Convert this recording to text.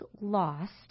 lost